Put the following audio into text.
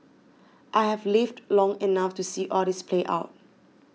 I have lived long enough to see all this play out